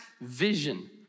vision